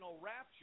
rapture